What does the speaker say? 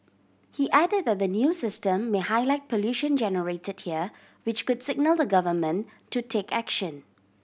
he added that the new system may highlight pollution generated here which could signal the Government to take action